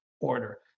order